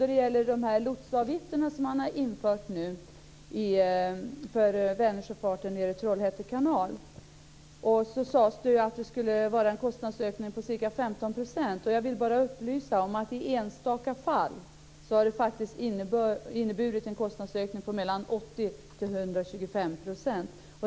Det gäller de lotsavgifter som man har infört för Vänersjöfarten i Trollhätte kanal. Det sades att det skulle vara en kostnadsökning på ca 15 %. Jag vill bara upplysa om att det i enstaka fall faktiskt har inneburit en kostnadsökning på mellan 80 % och 125 %.